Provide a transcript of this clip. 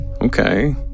Okay